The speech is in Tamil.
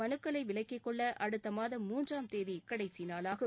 மனுக்களை விலக்கிக் கொள்ள அடுத்த மாதம் மூன்றாம் தேதி கடைசி நாளாகும்